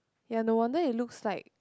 ya no wonder it looks like